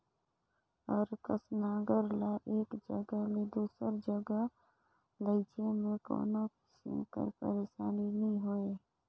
अकरस नांगर ल एक जगहा ले दूसर जगहा लेइजे मे कोनो किसिम कर पइरसानी नी होए